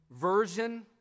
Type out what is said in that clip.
version